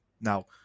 now